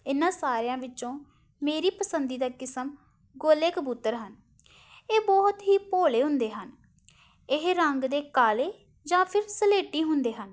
ਇਹਨਾਂ ਸਾਰਿਆਂ ਵਿੱਚੋਂ ਮੇਰੀ ਪਸੰਦੀਦਾ ਕਿਸਮ ਗੋਲੇ ਕਬੂਤਰ ਹਨ ਇਹ ਬਹੁਤ ਹੀ ਭੋਲੇ ਹੁੰਦੇ ਹਨ ਇਹ ਰੰਗ ਦੇ ਕਾਲੇ ਜਾਂ ਫਿਰ ਸਲੇਟੀ ਹੁੰਦੇ ਹਨ